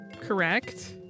Correct